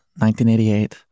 1988